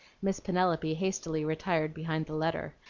miss penelope hastily retired behind the letter.